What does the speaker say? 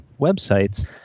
websites